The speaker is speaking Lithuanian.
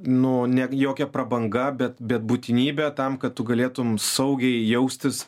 nu ne jokia prabanga bet bet būtinybė tam kad tu galėtum saugiai jaustis